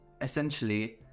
essentially